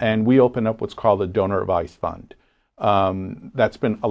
and we open up what's called a donor advice fund that's been a